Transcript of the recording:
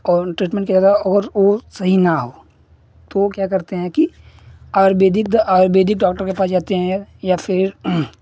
और ट्रीटमेन्ट के अलावा और वह सही न हो तो क्या करते हैं कि आयुर्वेदिक आयुर्वेदिक डॉक्टर के पास जाते हैं या फिर